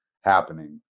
happening